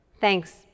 Thanks